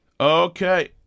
Okay